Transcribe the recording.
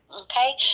Okay